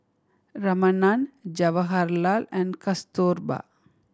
Ramanand Jawaharlal and Kasturba